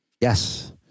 Yes